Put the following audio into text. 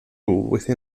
within